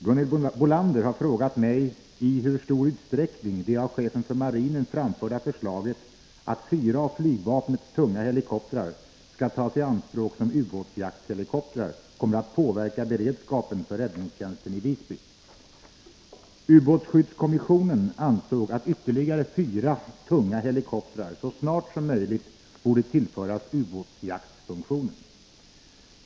Herr talman! Gunhild Bolander har frågat mig i hur stor utsträckning det av chefen för marinen framförda förslaget att fyra av flygvapnets tunga helikoptrar skall tas i anspråk som ubåtsjakthelikoptrar kommer att påverka beredskapen för räddningstjänsten i Visby. Ubåtsskyddskommissionen ansåg att ytterligare fyra tunga helikoptrar så snart som möjligt borde tillföras ubåtsjaktfunktionen.